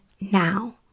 now